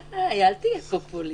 די, אל תהיה פופוליסט.